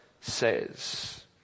says